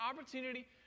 opportunity